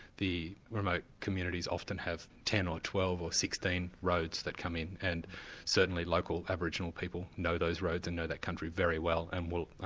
the remote communities often have ten or twelve or sixteen roads that come in, and certainly local aboriginal people know those roads and know that country very well and will,